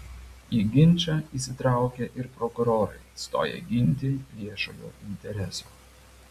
į ginčą įsitraukė ir prokurorai stoję ginti viešojo intereso